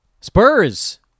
Spurs